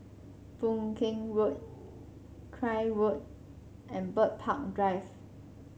Boon Keng Road Craig Road and Bird Park Drive